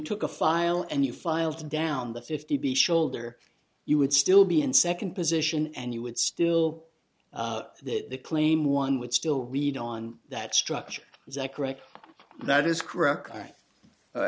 took a file and you filed down the fifty b shoulder you would still be in second position and you would still that the claim one would still lead on that structure is that correct that is corr